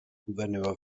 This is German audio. gouverneur